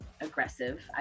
aggressive